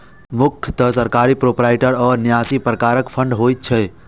मुख्यतः सरकारी, प्रोपराइटरी आ न्यासी प्रकारक फंड होइ छै